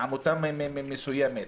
לעמותה מסוימת,